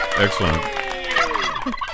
Excellent